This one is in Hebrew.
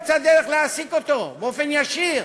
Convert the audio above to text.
הוא ימצא דרך להעסיק אותו באופן ישיר.